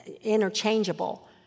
interchangeable